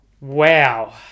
Wow